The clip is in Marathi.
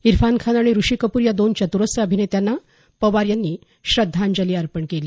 इरफान खान आणि ऋषी कपूर या दोन चत्रस्र अभिनेत्यांना पवार यांनी श्रद्धांजली अर्पण केली